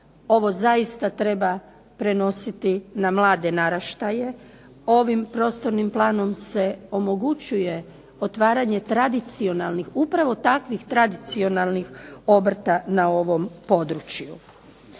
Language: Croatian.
Ovo zaista treba prenositi na mlade naraštaje. Ovim prostornim planom se omogućuje otvaranje tradicionalnih, upravo takvih tradicionalnih obrta na ovom području.